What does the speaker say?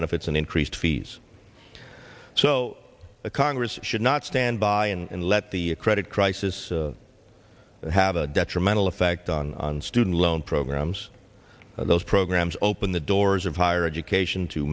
benefits and increased fees so the congress should not stand by and let the credit crisis have a detrimental effect on on student loan programs those programs open the doors of higher education to